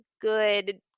good